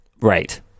Right